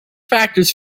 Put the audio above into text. factors